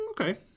Okay